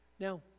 Now